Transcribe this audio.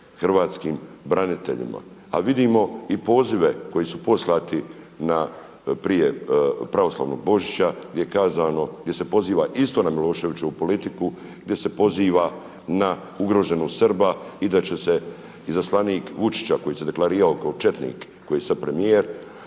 hrvatskim braniteljima, a vidimo i pozive koji su poslati prije pravoslavnog Božića gdje je kazano, gdje se poziva isto na Miloševićevu politiku, gdje se poziva na ugroženost Srba i da će se izaslanik Vučića koji se deklarirao kao četnik koji je sad premijer,